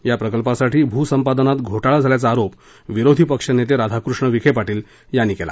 या प्रकल्पासाठी भूसंपादनात घोटाळा झाल्याचा आरोप विरोधी पक्षनेते राधाकृष्ण विखे पाटील यांनी केला